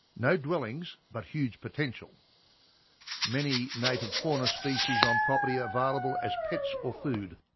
no dwellings but huge potential many native fauna species on property available as pets or food